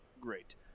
great